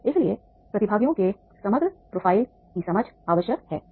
तो इसलिए प्रतिभागियों के समग्र प्रोफ़ाइल की समझ आवश्यक है